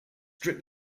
very